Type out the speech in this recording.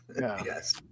Yes